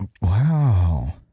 Wow